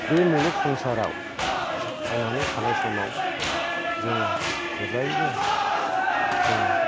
बे मुलुग संसाराव थांनानै थानाय समाव जोङो जेब्लायबो जोङो